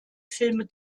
filme